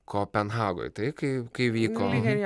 kopenhagoj tai kai kai vyko